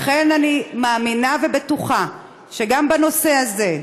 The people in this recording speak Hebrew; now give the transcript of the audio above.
לכן אני מאמינה ובטוחה שגם בנושא הזה,